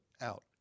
out